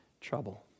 trouble